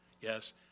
Yes